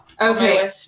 Okay